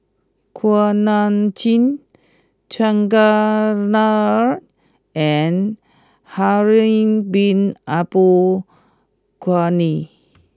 Kuak Nam Jin Chandran Nair and Harun Bin Abdul Ghani